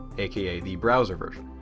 aka the browser version.